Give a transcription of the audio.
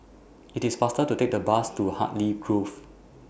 IT IS faster to Take The Bus to Hartley Grove